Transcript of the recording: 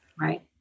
Right